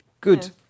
good